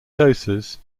doses